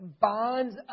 bonds